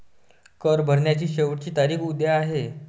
कर भरण्याची शेवटची तारीख उद्या आहे